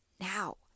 now